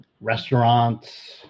restaurants